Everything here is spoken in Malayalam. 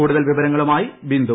കൂടുതൽ വിവരങ്ങളുമായി ബിന്ദു